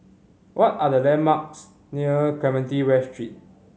what are the landmarks near Clementi West Street